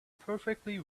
perfectly